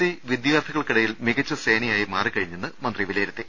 C വിദ്യാർഥികൾക്കിടയിൽ മികച്ച സേനയായി മാറിക്കഴിഞ്ഞുവെന്നും മന്ത്രി വിലയിരുത്തി